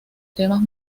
temas